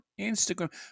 Instagram